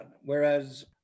Whereas